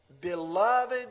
Beloved